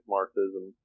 Marxism